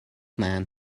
man